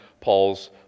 Paul's